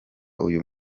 uyu